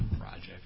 project